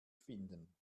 finden